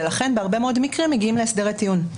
ולכן בהרבה מאוד מקרים מגיעים להסדרי טיעון.